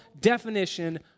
definition